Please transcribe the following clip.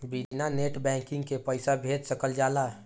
बिना net banking के पईसा भेज सकल जाला?